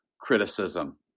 criticism